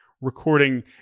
recording